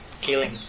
killing